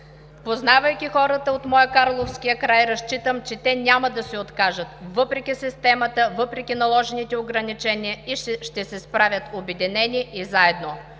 Познавайки хората от моя – карловския край, разчитам, че те няма да се откажат, въпреки системата, въпреки наложените ограничения, и ще се справят обединени и заедно.